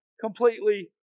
completely